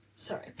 Sorry